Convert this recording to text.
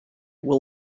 will